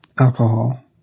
Alcohol